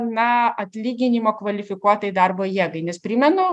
na atlyginimo kvalifikuotai darbo jėgai nes primenu